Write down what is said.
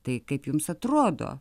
tai kaip jums atrodo